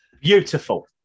Beautiful